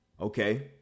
Okay